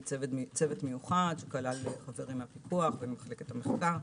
צוות מיוחד שכלל חברים מהפיקוח ומחלקת המחקר,